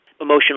emotional